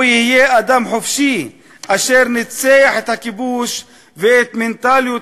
הוא יהיה אדם חופשי אשר ניצח את הכיבוש ואת מנטליות